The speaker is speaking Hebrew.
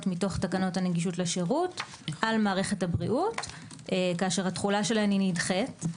מתוך תקנות הנגישות לשירות על מערכת הבריאות כאשר התחולה שלהן נדחית.